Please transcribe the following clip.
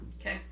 Okay